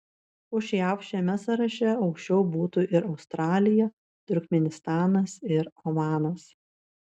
už jav šiame sąraše aukščiau būtų ir australija turkmėnistanas ir omanas